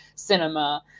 Cinema